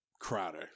Crowder